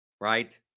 right